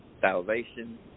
salvation